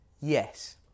yes